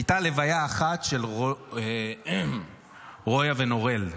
הייתה לוויה אחת, של רויה ונורל.